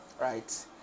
right